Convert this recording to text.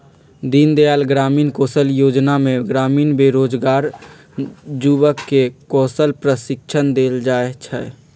दीनदयाल ग्रामीण कौशल जोजना में ग्रामीण बेरोजगार जुबक के कौशल प्रशिक्षण देल जाइ छइ